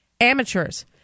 Amateurs